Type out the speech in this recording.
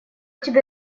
тебе